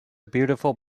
beautiful